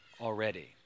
already